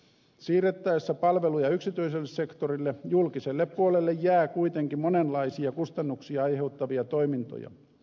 siirrettäessä palveluja yksityiselle sektorille julkiselle puolelle jää kuitenkin monenlaisia kustannuksia aiheuttavia toimintoja